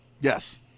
Yes